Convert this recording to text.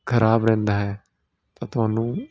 ਖ਼ਰਾਬ ਰਹਿੰਦਾ ਹੈ ਤਾਂ ਤੁਹਾਨੂੰ